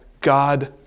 God